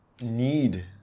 need